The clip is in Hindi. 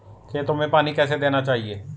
खेतों में पानी कैसे देना चाहिए?